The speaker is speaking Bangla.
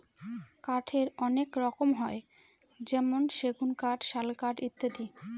কাঠের অনেক রকম হয় যেমন সেগুন কাঠ, শাল কাঠ ইত্যাদি